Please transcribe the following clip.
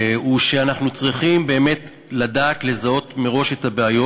הוא שאנחנו צריכים באמת לדעת לזהות מראש את הבעיות,